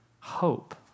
hope